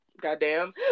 goddamn